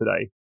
today